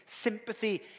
sympathy